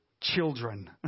children